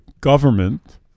government